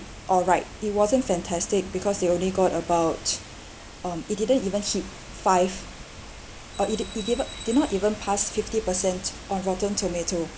alright it wasn't fantastic because they only got about um it didn't even hit five uh it didn't even did not even past fifty percent of rotten tomato